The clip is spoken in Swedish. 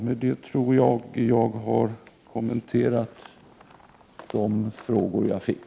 Med detta tror jag att jag har kommenterat de frågor jag fick.